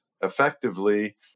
effectively